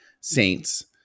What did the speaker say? saints